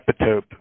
epitope